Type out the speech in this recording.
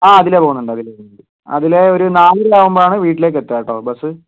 ആ അതിലെ പോകുന്നുണ്ട് അതിലെ അതിലെ ഒരു നാലിന് ആകുമ്പോഴാണ് വീട്ടിലേക്ക് എത്തുക കേട്ടോ ബസ്